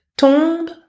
tombe